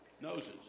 noses